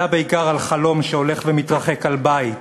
אלא בעיקר על חלום שהולך ומתרחק על בית